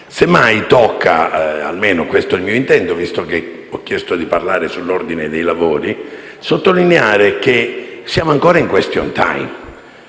Semmai tocca - almeno questo è il mio intento, visto che ho chiesto di parlare sull'ordine dei lavori - sottolineare che siamo ancora in *question time*.